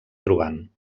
trobant